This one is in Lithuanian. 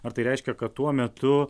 ar tai reiškia kad tuo metu